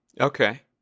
okay